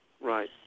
Right